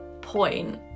point